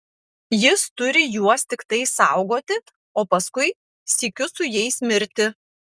jis turi juos tiktai saugoti o paskui sykiu su jais mirti